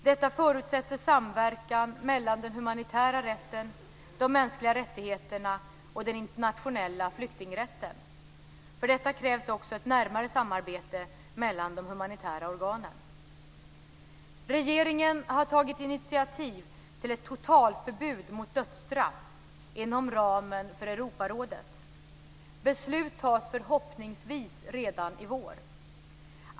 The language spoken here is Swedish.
Detta förutsätter samverkan mellan den humanitära rätten, de mänskliga rättigheterna och den internationella flyktingrätten. För detta krävs också ett nära samarbete mellan de humanitära organen. Regeringen har tagit initiativ till ett totalförbud mot dödsstraff inom ramen för Europarådet. Beslut tas förhoppningsvis redan i vår.